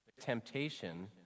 temptation